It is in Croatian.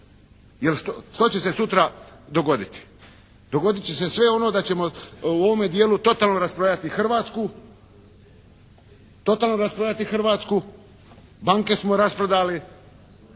Jer što će se sutra dogoditi? Dogodit će se sve ono da ćemo u ovome dijelu totalno rasprodati Hrvatsku, totalno rasprodati Hrvatsku. Banke smo rasprodali.